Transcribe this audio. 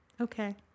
Okay